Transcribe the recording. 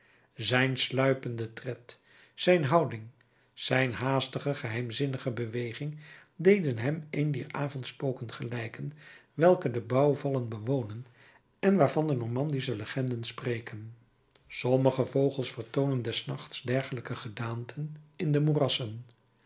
zijn sluipende tred zijn houding zijn haastige geheimzinnige beweging deden hem een dier avondspoken gelijken welke de bouwvallen bewonen en waarvan de normandische legenden spreken sommige vogels vertoonen des nachts dergelijke gedaanten in de moerassen